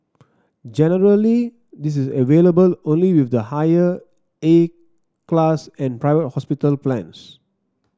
generally this is available only with the higher A class and private hospital plans